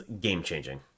game-changing